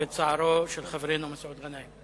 אנחנו משתתפים בצערו של חברנו מסעוד גנאים.